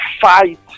fight